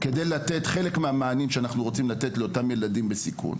כדי לתת חלק מהמענה לאותם ילדים בסיכון.